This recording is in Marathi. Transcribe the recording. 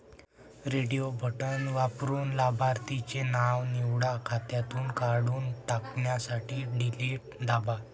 रेडिओ बटण वापरून लाभार्थीचे नाव निवडा, खात्यातून काढून टाकण्यासाठी डिलीट दाबा